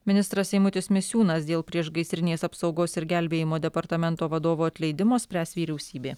ministras eimutis misiūnas dėl priešgaisrinės apsaugos ir gelbėjimo departamento vadovo atleidimo spręs vyriausybė